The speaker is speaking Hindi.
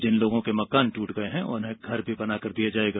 जिन लोगों के मकान ट्रट गये हैं उन्हें घर भी बनाकर दिया जायेगा